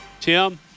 Tim